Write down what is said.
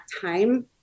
time